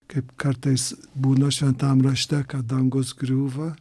kaip kartais būna šventam rašte kad dangus griūva